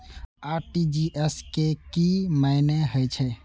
RTGS के की मानें हे छे?